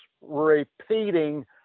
repeating